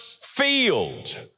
field